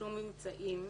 שום ממצאים.